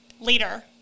later